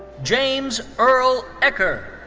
james earl ecker.